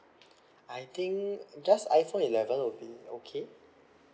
I think just iphone eleven would be okay